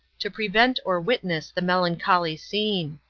to prevent or witness the melancholy scene.